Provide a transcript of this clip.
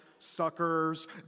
suckers